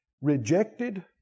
rejected